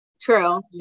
True